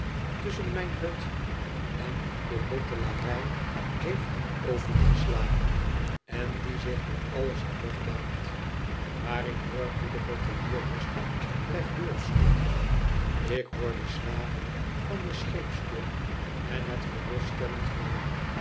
tusschen mijn hut en de bottelarij heeft opengeslagen en die zich door alles een weg baant maar ik hoor hoe de bottelier rustig blijft doorsnurken ik hoor de slagen van de scheepsklok en het geruststellend geroep